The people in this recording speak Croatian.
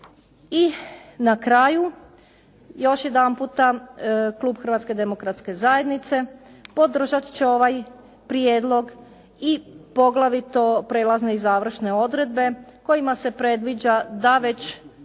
I na kraju još jedanputa klub Hrvatske demokratske zajednice podržati će ovaj prijedlog i poglavito prijelazne i završne odredbe kojima se predviđa da već 1.